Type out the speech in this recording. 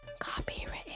copyright